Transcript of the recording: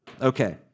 Okay